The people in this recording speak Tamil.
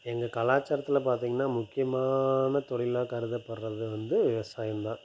எங்கள் கலாச்சாரத்தில் பார்த்திங்கனா முக்கியமான தொழிலாக கருதப்படுகிறது வந்து விவசாயம்தான்